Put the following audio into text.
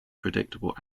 predictable